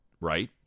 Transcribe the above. right